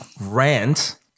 Rant